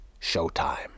showtime